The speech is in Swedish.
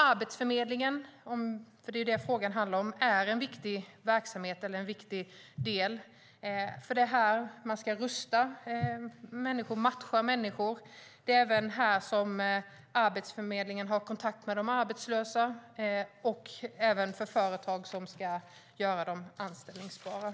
Arbetsförmedlingen, som frågan handlar om, är en viktig del. Det är på Arbetsförmedlingen som människor ska rustas och matchas. Arbetsförmedlingen har kontakt med de arbetslösa och med företag som ska göra de anställbara.